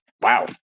wow